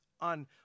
on